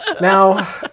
Now